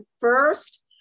first